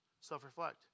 self-reflect